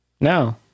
No